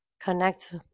connect